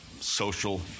social